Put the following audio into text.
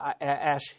ash